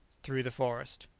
through the forest.